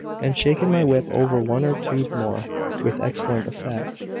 and shaken my whip over one or two more with excellent effect.